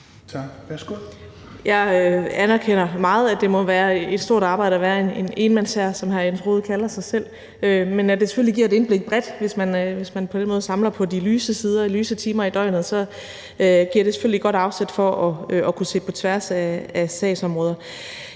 Jeg anerkender meget, at det må være et stort arbejde at være en enmandshær, som hr. Jens Rohde kalder sig selv, men det giver selvfølgelig et indblik bredt; hvis man på den måde samler på de lyse timer i døgnet, giver det selvfølgelig et godt afsæt for at kunne se på tværs af sagsområder.